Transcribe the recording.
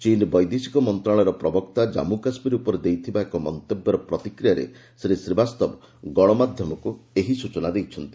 ଚୀନ୍ ବୈଦେଶିକ ମନ୍ତ୍ରଣାଳୟର ପ୍ରବକ୍ତା ଜାଞ୍ଚୁ କାଶ୍ମୀର ଉପରେ ଦେଇଥିବା ଏକ ମନ୍ତବ୍ୟର ପ୍ରତିକ୍ରିୟାରେ ଶ୍ରୀ ଶ୍ରୀବାସ୍ତବ ଗଣମାଧ୍ୟମକୁ ଏହି ସୂଚନା ଦେଇଛନ୍ତି